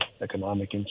economic